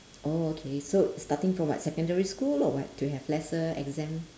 oh okay so starting from what secondary school or what to have lesser exam